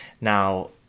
Now